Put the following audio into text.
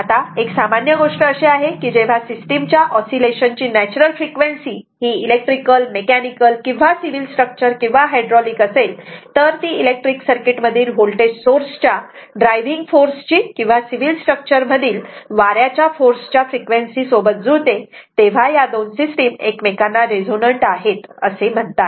आता एक सामान्य गोष्ट अशी आहे की जेव्हा सिस्टिमच्या ऑसिलेशन ची नॅचरल फ्रिक्वेन्सी ही इलेक्ट्रिकल मेकॅनिकल किंवा सिव्हिल स्ट्रक्चर किंवा हायड्रॉलिक असेल तर ती इलेक्ट्रिक सर्किट मधील वोल्टेज सोर्स च्या ड्रायव्हिंग फोर्स ची किंवा सिव्हिल स्ट्रक्चर मधील वाऱ्याच्या फोर्सच्या फ्रिक्वेन्सी सोबत जुळते तेव्हा या दोन सिस्टिम एकमेकांना रेझोनन्ट आहेत असे म्हणतात